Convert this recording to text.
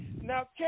now